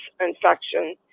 infection